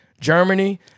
Germany